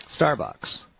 Starbucks